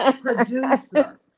producer